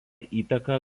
įtaką